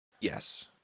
Yes